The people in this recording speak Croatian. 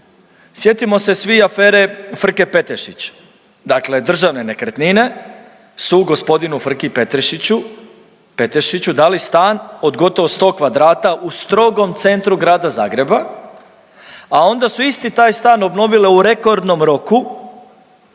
Sjetimo se svi afere Frke-Petešić, dakle državne nekretnine su g. Frki-Petrešiću, Petešiću dali stan od gotovo 100 kvadrata u strogom centru Grada Zagreba, a onda su isti taj stan obnovili u rekordnom roku,